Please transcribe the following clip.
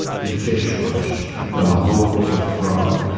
the fish rush the hole for frog,